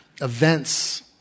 events